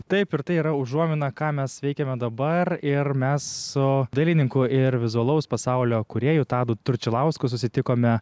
taip ir tai yra užuomina ką mes veikiame dabar ir mes su dailininku ir vizualaus pasaulio kūrėju tadu tručilausku susitikome